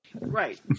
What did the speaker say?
Right